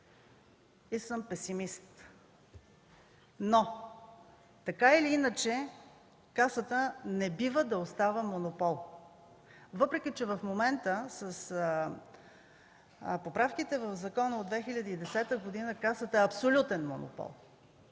и съм песимист. Но, така или иначе, Касата не бива да остава монопол, въпреки че в момента с поправките в закона от 2010 г. Касата е абсолютен монопол.